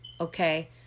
Okay